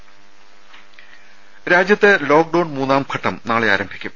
രമേ രാജ്യത്ത് ലോക്ഡൌൺ മൂന്നാംഘട്ടം നാളെ ആരംഭിക്കും